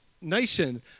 nation